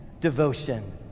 devotion